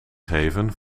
geven